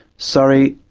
sorry,